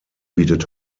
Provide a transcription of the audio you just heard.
bietet